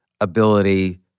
ability